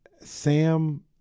Sam